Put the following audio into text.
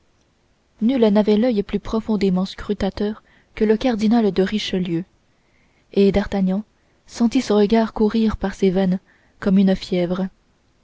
nul n'avait l'oeil plus profondément scrutateur que le cardinal de richelieu et d'artagnan sentit ce regard courir par ses veines comme une fièvre